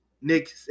Nick